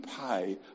pay